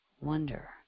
wonder